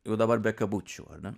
jau dabar be kabučių ar ne